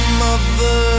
mother